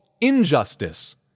injustice